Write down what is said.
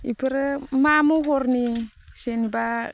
इफोरो मा महरनि जेन'बा